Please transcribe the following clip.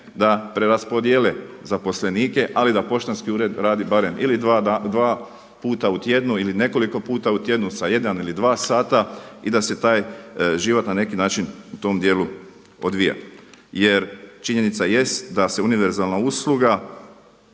da preraspodijele zaposlenike, ali da poštanski ured radi barem dva puta u tjednu ili nekoliko puta u tjednu sa jedan ili dva sata i da se taj život na neki način u tom dijelu odvija. Jer činjenica jest da se univerzalna usluga